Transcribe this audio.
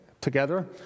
together